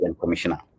commissioner